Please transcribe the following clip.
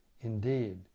Indeed